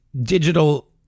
digital